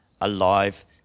Alive